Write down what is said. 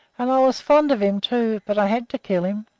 and i was fond of him, too, but i had to kill him.